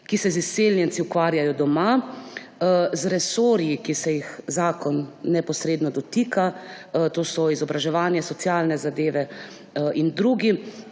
ki se z izseljenci ukvarjajo doma, z resorji, ki se jih zakon neposredno dotika, to so izobraževanje, socialne zadeve in drugi.